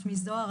שמי זוהר,